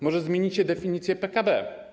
Może zmienicie definicję PKB?